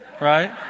right